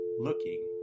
looking